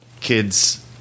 kids